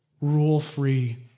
rule-free